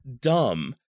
dumb